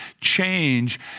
change